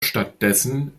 stattdessen